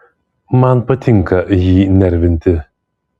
man patinka jį nervinti